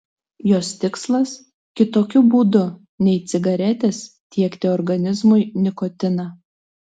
jos tikslas kitokiu būdu nei cigaretės tiekti organizmui nikotiną